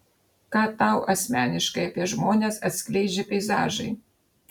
ką tau asmeniškai apie žmones atskleidžia peizažai